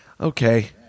okay